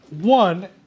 One